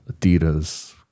Adidas